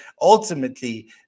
ultimately